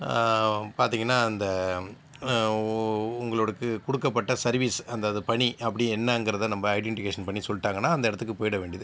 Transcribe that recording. பார்த்தீங்கனா அந்த உ உங்களுக்கு கொடுக்கப்பட்ட சர்வீஸ் அந்த அந்த பணி அப்படி என்னங்கிறத நம்ம ஐடெண்டிகேஷன் பண்ணி சொல்லிட்டாங்கனா அந்த இடத்துக்கு போயிட வேண்டியது